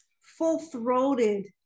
full-throated